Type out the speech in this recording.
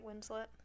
Winslet